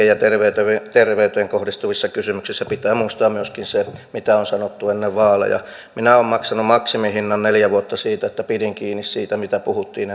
ja synnyttäjien henkeen ja terveyteen kohdistuvissa kysymyksissä pitää muistaa myöskin se mitä on sanottu ennen vaaleja minä olen maksanut maksimihinnan neljä vuotta siitä että pidin kiinni siitä mistä puhuttiin